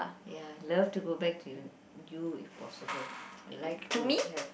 ya I love to go back to U if possible I like to have